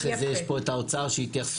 אחרי זה יש פה את האוצר, שיתייחסו.